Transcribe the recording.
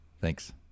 Thanks